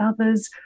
others